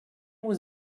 was